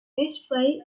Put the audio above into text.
display